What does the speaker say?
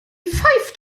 pfeift